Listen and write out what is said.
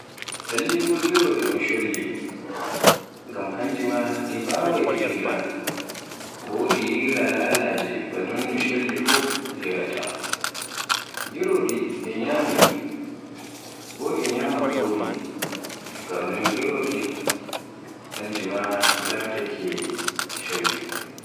Lallai bo geroɗe un cholli ngam kanji ma ɗi mbawai ɗi firaa, boo ɗi yeraa laalaje ba noono cholli fuf yeraata. Geloɗe e nyame, bo e nyama gauri ngam non geroɗe lataake cholli.